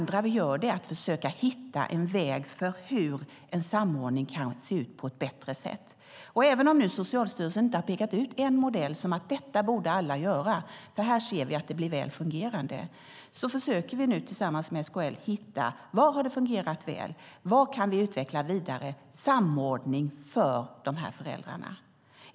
Dessutom försöker vi hitta en väg till en bättre samordning. Även om Socialstyrelsen inte har pekat ut en modell och sagt att detta borde alla göra eftersom det fungerar väl, försöker vi nu tillsammans med SKL hitta var det har fungerat väl och vad vi kan utveckla vidare när det gäller samordning för de här föräldrarna.